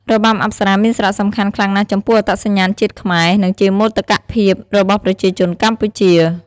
របាំអប្សរាមានសារៈសំខាន់ខ្លាំងណាស់ចំពោះអត្តសញ្ញាណជាតិខ្មែរ និងជាមោទកភាពរបស់ប្រជាជនកម្ពុជា។